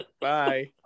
Bye